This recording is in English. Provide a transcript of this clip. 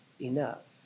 Enough